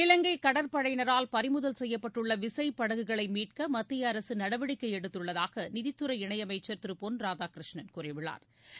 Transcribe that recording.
இலங்கை கடற்படையினரால் பறிமுதல் செய்யப்பட்டுள்ள விசைப் படகுகளை மீட்க மத்திய அரசு நடவடிக்கை எடுத்துள்ளதாக நிதித்துறை இணையமைச்சா் திரு பொன் ராதாகிருஷ்ணன் கூறியுள்ளாா்